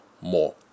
more